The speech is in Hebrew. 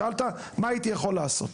שאלת מה הייתי יכול לעשות.